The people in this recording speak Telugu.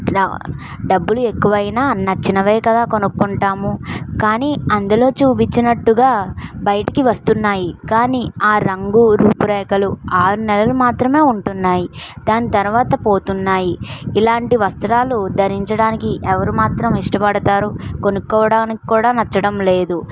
రా డబ్బులు ఎక్కువైనా నచ్చినవి కదా కొనుక్కుంటాము కానీ అందులో చూపించినట్టుగా బయటకి వస్తున్నాయి కానీ ఆ రంగు రూపురేఖలు ఆరు నెలలు మాత్రమే ఉంటున్నాయి దాని తర్వాత పోతున్నాయి ఇలాంటి వస్త్రాలు ధరించడానికి ఎవరు మాత్రం ఇష్టపడతారు కొనుక్కోవడానికి కూడా నచ్చడం లేదు